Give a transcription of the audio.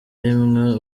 rimwe